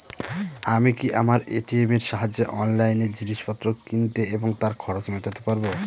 আমি কি আমার এ.টি.এম এর সাহায্যে অনলাইন জিনিসপত্র কিনতে এবং তার খরচ মেটাতে পারব?